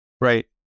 right